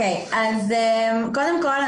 קודם כל,